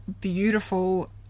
beautiful